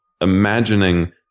imagining